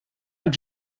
have